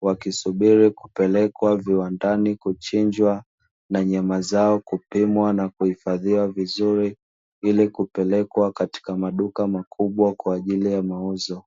Wakisubiri kupelekwa viwandani kuchinjwa na nyama zao kupimwa na kuhifadhiwa vizuri. Ili kupelekwa katika maduka makubwa kwa ajili ya mauzo.